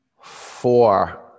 four